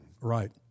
Right